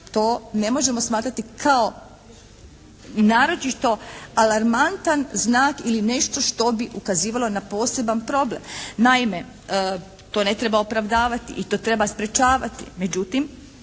to ne možemo smatrati kao naročito alarmantan znak ili nešto što bi ukazivalo na poseban problem. Naime to ne treba opravdavati i to treba sprječavati, međutim